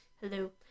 hello